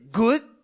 good